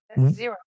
zero